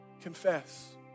confess